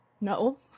No